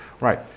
Right